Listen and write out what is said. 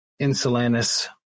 Insulanus